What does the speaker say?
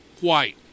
white